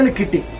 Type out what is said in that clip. and could be